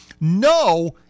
no